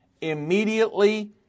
immediately